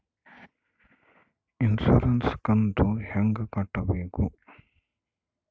Insurance ಕಂತು ಹೆಂಗ ಕಟ್ಟಬೇಕು?